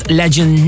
legend